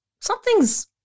something's